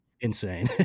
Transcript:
insane